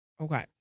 Okay